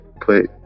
put